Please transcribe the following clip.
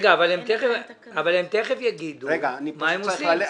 הם תכף יאמרו מה הם עושים.